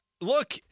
Look